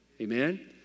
amen